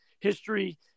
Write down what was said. history